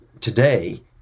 today